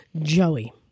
Joey